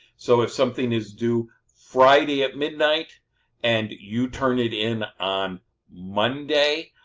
so, if something is due friday at midnight and you turn it in on monday,